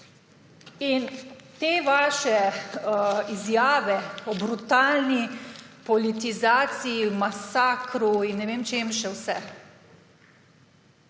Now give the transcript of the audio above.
In te vaše izjave o brutalni politizaciji, masakru in ne vem čem še vse.